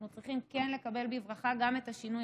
אנחנו צריכים כן לקבל בברכה גם את השינוי,